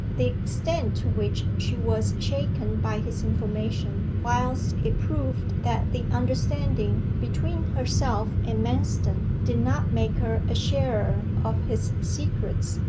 the extent to which she was shaken by his information, whilst it proved that the understanding between herself and manston did not make her a sharer of his secrets,